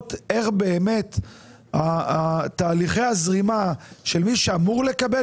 ערובות איך באמת תהליכי הזרימה של מי שאמור לקבל,